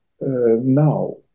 Now